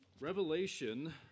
Revelation